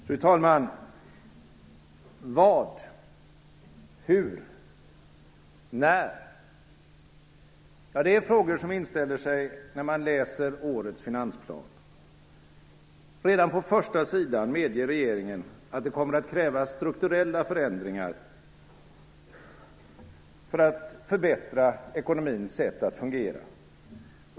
Fru talman! Vad? Hur? När? Det är frågor som inställer sig när man läser årets finansplan. Redan på första sidan medger regeringen att det kommer att krävas strukturella förändringar för att förbättra ekonomins sätt att fungera.